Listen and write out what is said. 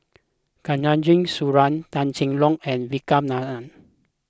Khatijah Surattee Tan Cheng Lock and Vikram Nair